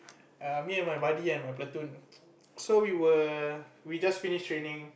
err me and my buddy and my platoon so we were we just finished training